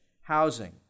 housing